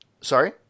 Sorry